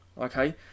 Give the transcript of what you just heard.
okay